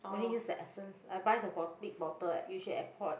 only use the essence I buy the bot~ big bottle at usually Airport